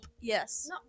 Yes